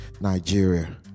Nigeria